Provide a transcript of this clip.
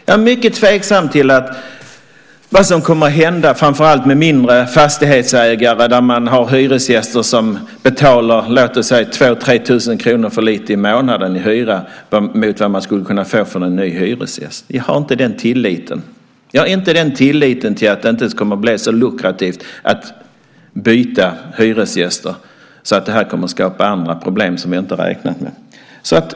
Jag är mycket tveksam till vad som kommer att hända, framför allt hos mindre fastighetsägare som har hyresgäster som betalar 2 000-3 000 kr för lite i månaden i hyra mot vad man skulle kunna få av en ny hyresgäst. Jag har inte den tilliten att det inte kommer att bli så lukrativt att byta hyresgäster att det här kommer att skapa problem som vi inte har räknat med.